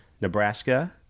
Nebraska